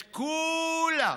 את כולם.